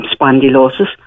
spondylosis